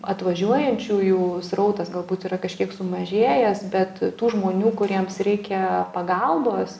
atvažiuojančiųjų srautas galbūt yra kažkiek sumažėjęs bet tų žmonių kuriems reikia pagalbos